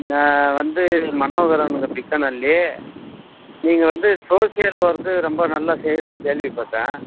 நான் வந்து மனோகரனுங்க பித்தநல்லி நீங்கள் வந்து சோசியல் ஒர்க்கு ரொம்ப நல்லா செய்கிறதாக் கேள்விப்பட்டேன்